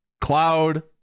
cloud